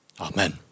Amen